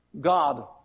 God